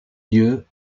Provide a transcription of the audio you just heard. lieu